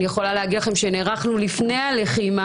אני יכולה להגיד לכם שנערכנו לפני הלחימה,